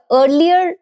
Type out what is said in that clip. earlier